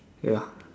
ya